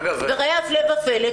וראה הפלא ופלא,